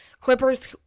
Clippers